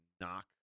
knock